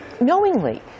knowingly